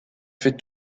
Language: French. fait